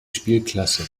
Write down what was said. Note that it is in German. spielklasse